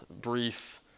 brief –